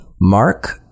Mark